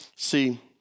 See